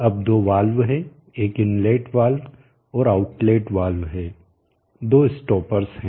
अब दो वाल्व हैं एक इनलेट वाल्व और आउटलेट वाल्व है दो स्टॉपर्स हैं